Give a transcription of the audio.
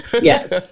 Yes